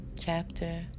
Chapter